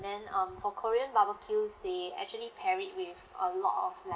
then um for korean barbecue they actually pare it with a lot of